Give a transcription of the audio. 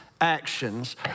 actions